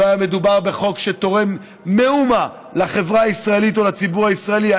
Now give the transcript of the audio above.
לא מדובר בחוק שתורם מאומה לחברה הישראלית או לציבור הישראלי.